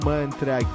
Mantra